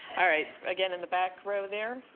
all right, again in the back row there.